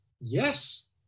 Yes